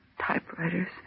typewriters